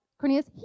Cornelius